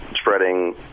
spreading